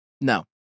no